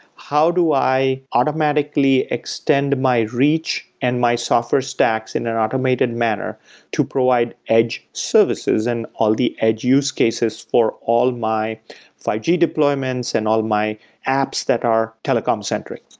how do i automatically extend my reach and my software stacks in an automated manner to provide edge services and all the edge use cases for all my five g deployments and all my apps that are telecom-centric,